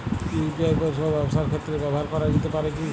UPI পরিষেবা ব্যবসার ক্ষেত্রে ব্যবহার করা যেতে পারে কি?